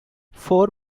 four